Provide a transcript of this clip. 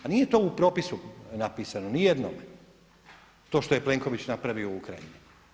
Pa nije to u propisu napisano, ni jedno, to što je Plenković napravio u Ukrajini.